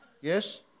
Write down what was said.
Yes